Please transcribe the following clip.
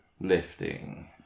lifting